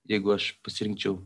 jeigu aš pasirinkčiau